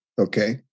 Okay